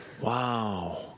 Wow